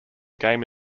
game